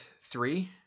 three